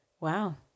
Wow